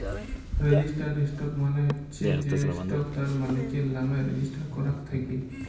registered stock মালে চ্ছ যে স্টক তার মালিকের লামে রেজিস্টার করাক থাক্যে